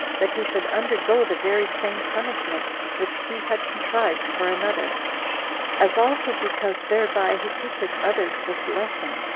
that he should undergo the very same punishment which he had contrived for another as also because thereby he teaches others this lesson,